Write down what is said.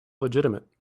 legitimate